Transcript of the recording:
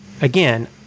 Again